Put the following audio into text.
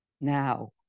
Now